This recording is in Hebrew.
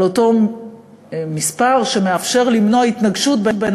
על אותו מספר שמאפשר למנוע התנגשות בין